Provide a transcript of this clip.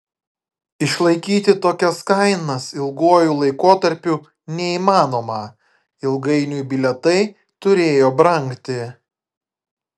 išlaikyti tokias kainas ilguoju laikotarpiu neįmanoma ilgainiui bilietai turėjo brangti